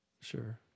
Sure